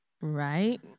right